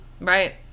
Right